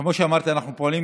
כמו שאמרתי, אנחנו פועלים